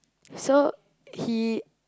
so he